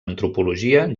antropologia